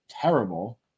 terrible